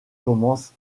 commence